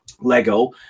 Lego